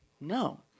No